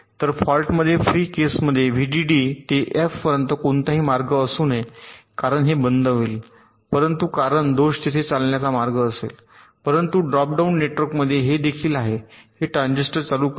तर फॉल्टमध्ये फ्री केसमध्ये व्हीडीडी ते एफ पर्यंत कोणताही मार्ग असू नये कारण हे बंद होईल परंतु कारण दोष तेथे चालण्याचा मार्ग असेल परंतु ड्रॉप डाउन नेटवर्कमध्ये हे देखील आहे हे ट्रान्झिस्टर चालू करणे